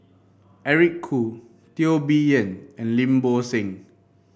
Eric Khoo Teo Bee Yen and Lim Bo Seng